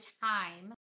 time